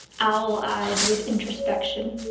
owl-eyed with introspection.